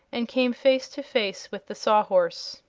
and came face to face with the sawhorse.